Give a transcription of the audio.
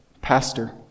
pastor